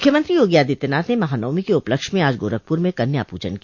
मुख्यमंत्री योगी आदित्यनाथ ने महानवमी के उपलक्ष्य में आज गोरखपुर में कन्या पूजन किया